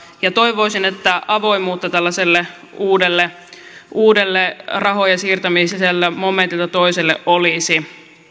ja toivoisin että avoimuutta tällaiselle uudelle rahojen siirtämiselle momentilta toiselle olisi